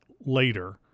later